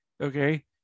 Okay